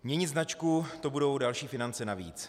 Měnit značku, to budou další finance navíc.